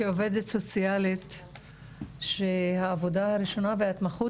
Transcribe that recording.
כעובדת סוציאלית שהעבודה הראשונה וההתמחות